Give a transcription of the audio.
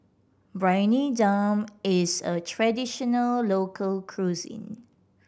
Briyani Dum is a traditional local cuisine